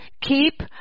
keep